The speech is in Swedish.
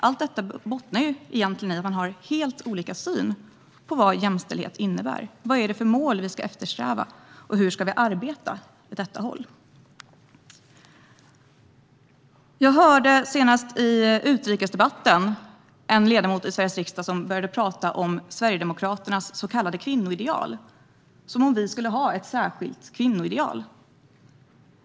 Allt detta bottnar egentligen i att vi har helt olika syn på vad jämställdhet innebär, vilka mål vi ska eftersträva och hur vi ska arbeta åt detta håll. Senast i utrikesdebatten hörde jag en ledamot i Sveriges riksdag som talade om Sverigedemokraternas så kallade kvinnoideal - som om vi skulle ha ett särskilt kvinnoideal.